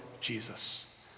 Jesus